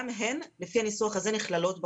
גם הן לפי הניסוח הזה נכללות בחוק.